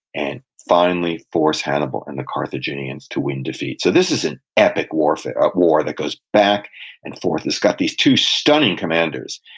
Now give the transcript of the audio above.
and finally force hannibal and the carthaginians to win defeat so this is an epic warfare, a war that goes back and forth. it's got these two stunning commanders,